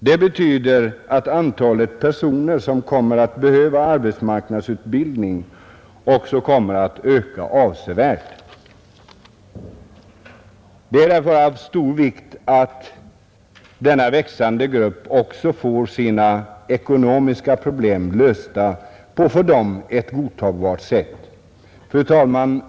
Det betyder att antalet personer som behöver arbetsmarknadsutbildning kommer att öka avsevärt. Det är därför av stor vikt att denna växande grupp får sina ekonomiska problem lösta på ett för dem godtagbart sätt. Fru talman!